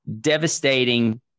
devastating